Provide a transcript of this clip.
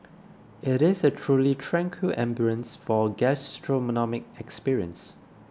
it is a truly tranquil ambience for gastronomic experience